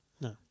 No